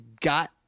got